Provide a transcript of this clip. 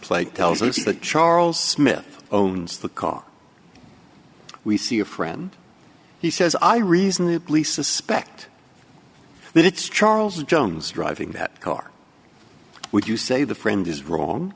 plate tells us that charles smith owns the car we see a friend he says i reasonably suspect that it's charles jones driving that car would you say the friend is wrong